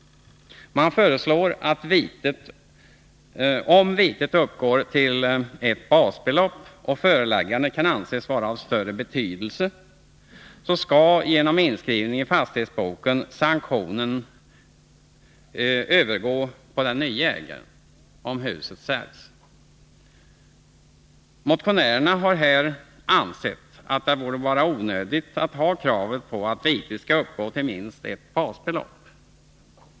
Man föreslår att om vitet uppgår till ett basbelopp och föreläggandet kan anses vara av större betydelse skall genom inskrivning i fastighetsboken sanktionen övergå på den nye ägaren om huset säljs. Motionärerna har här ansett att det borde vara onödigt att ha kravet på att vitet skall uppgå till minst ett basbelopp.